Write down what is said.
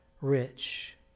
rich